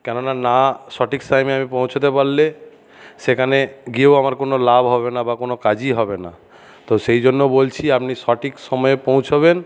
কেন না না সঠিক টাইমে আমি পৌঁছতে পারলে সেখানে গিয়েও আমার কোনো লাভ হবে না বা কোনো কাজই হবে না তো সেই জন্য বলছি আপনি সঠিক সময়ে পৌঁছবেন